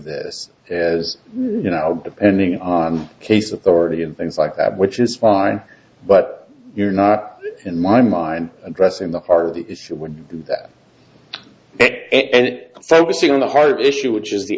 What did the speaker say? this as you know depending on the case of the already in things like that which is fine but you're not in my mind addressing the heart of the issue would that and focusing on the hard issue which is the